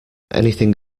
anything